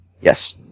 Yes